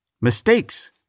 Mistakes